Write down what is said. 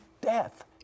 death